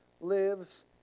lives